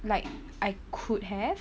like I could have